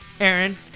Aaron